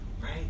right